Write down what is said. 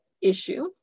issue